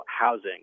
housing